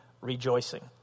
rejoicing